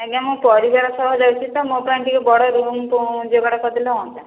ଆଜ୍ଞା ମୁଁ ପରିବାର ସହ ଯାଉଛି ତ ମୋ ପାଇଁ ଟିକେ ବଡ଼ ରୁମ ଫୁମ ଯୋଗାଡ଼ କରିଦେଲେ ହୁଅନ୍ତା